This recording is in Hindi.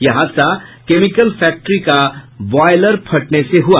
यह हादसा कैमिकल फैक्ट्री का ब्वायलर फटने से हुआ